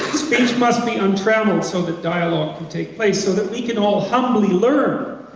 speech must be untrammeled so that dialogue can take place, so that we can all humbly learn.